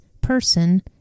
person